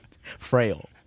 Frail